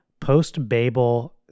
post-Babel